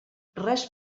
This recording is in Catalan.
res